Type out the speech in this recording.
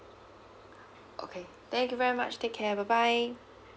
okay thank you very much take care bye bye